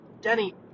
Denny